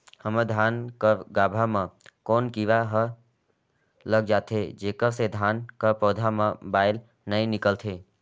हमर धान कर गाभा म कौन कीरा हर लग जाथे जेकर से धान कर पौधा म बाएल नइ निकलथे?